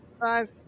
five